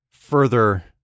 Further